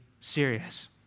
serious